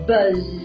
Buzz